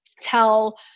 tell